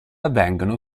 avvengono